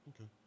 Okay